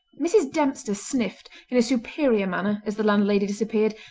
mrs. dempster sniffed in a superior manner as the landlady disappeared,